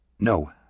No